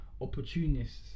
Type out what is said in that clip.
opportunists